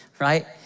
right